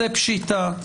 זה פשיטא.